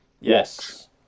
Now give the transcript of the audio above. Yes